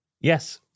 Yes